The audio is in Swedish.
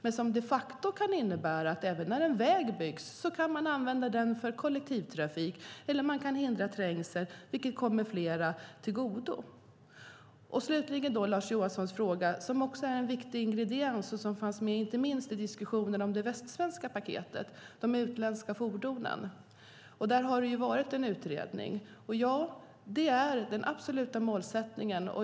Det kan de facto innebära att när en väg byggs kan den användas för kollektivtrafik eller för att minska trängseln, vilket kommer fler till godo. Lars Johanssons fråga, som är en viktig ingrediens och fanns med inte minst i diskussionen om det västsvenska paketet, gällde de utländska fordonen. Där har gjorts en utredning, och ja, det är den absoluta målsättningen.